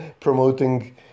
promoting